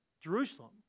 Jerusalem